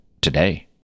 Today